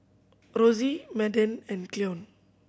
Rosy Madden and Cleon